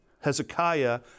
Hezekiah